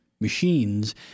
machines